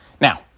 Now